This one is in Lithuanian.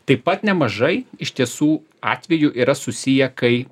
taip pat nemažai iš tiesų atvejų yra susiję kai